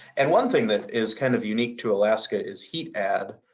and one thing that is kind of unique to alaska is heat add.